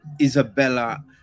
Isabella